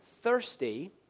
thirsty